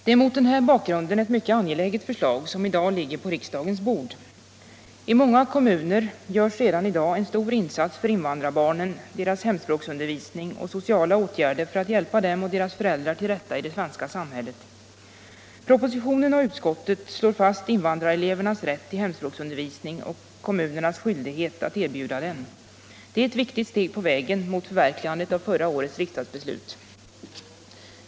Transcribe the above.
Det är mot den här bakgrunden ett mycket angeläget förslag som i dag ligger på riksdagens bord. I många kommuner görs redan i dag en stor insats för invandrarbarnen, deras hemspråksundervisning och sociala åtgärder för att hjälpa dem och deras föräldrar till rätta i det svenska samhället. I propositionen och i betänkandet fastslås invandrarelevernas rätt till hemspråksundervisning och kommunernas skyldighet att erbjuda den. Det är ett viktigt steg på vägen mot förverkligandet av förra årets riksdagsbeslut.